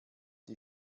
die